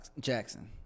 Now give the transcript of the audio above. Jackson